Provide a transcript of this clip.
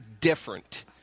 different